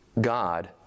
God